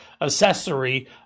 accessory